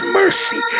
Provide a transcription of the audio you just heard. mercy